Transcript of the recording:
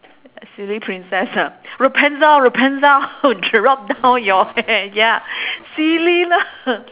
silly princess ah rapunzel rapunzel drop down your hair ya silly lah